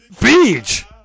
Beach